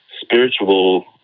spiritual